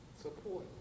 support